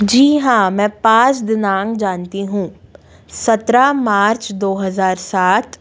जी हाँ मैं पाँच दिनांक जानती हूँ सत्रह मार्च दो हज़ार सात